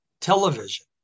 Television